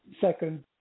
second